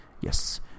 Yes